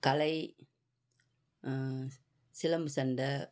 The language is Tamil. கலை சிலம்பு சண்டை